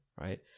right